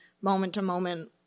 moment-to-moment